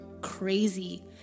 crazy